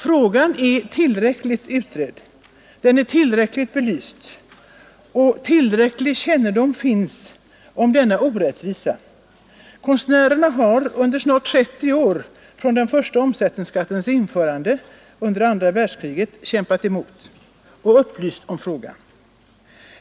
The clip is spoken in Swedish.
Frågan är tillräckligt utredd och tillräckligt belyst, Nr 76 och tillräcklig kännedom finns om denna orättvisa. Konstnärerna har Tisdagen den under snart 30 år, från den första omsättningsskattens införande under 9 maj 1972 andra världskriget, kämpat emot och upplyst om frågan.